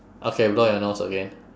okay blow your nose again